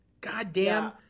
goddamn